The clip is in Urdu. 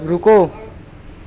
رکو